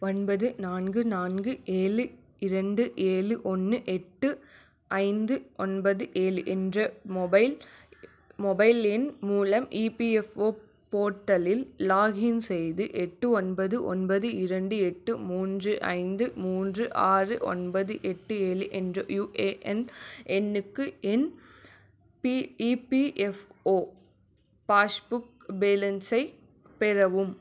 ஒன்பது நான்கு நான்கு ஏழு இரண்டு ஏழு ஒன்று எட்டு ஐந்து ஒன்பது ஏழு என்ற மொபைல் மொபைல் எண் மூலம் இபிஎஃப்ஓ போர்ட்டலில் லாக்இன் செய்து எட்டு ஒன்பது ஒன்பது இரண்டு எட்டு மூன்று ஐந்து மூன்று ஆறு ஒன்பது எட்டு ஏழு என்ற யுஏஎன் எண்ணுக்கு என் பிஇபிஎஃப்ஓ பாஷ்புக் பேலன்ஸை பெறவும்